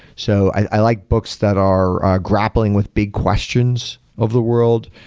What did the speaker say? so i like books that are grappling with big questions of the world.